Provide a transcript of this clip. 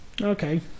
Okay